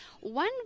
one